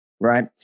right